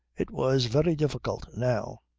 it was very different now.